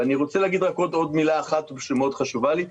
ואני רוצה להגיד רק עוד מילה אחת שמאוד חשובה לי,